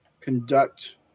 conduct